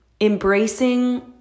Embracing